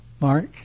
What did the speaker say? mark